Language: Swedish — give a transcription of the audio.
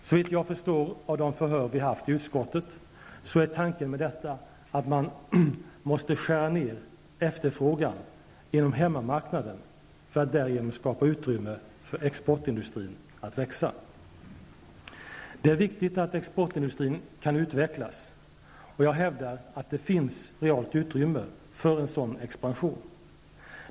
Såvitt jag förstår av de förhör vi haft i utskottet är tanken med detta att man måste skära ner efterfrågan inom hemmamarknaden för att därigenom skapa utrymme för exportindustrin att växa. Det är viktigt att exportindustrin kan utvecklas, och jag hävdar att det finns realt utrymme för en sådan expansion.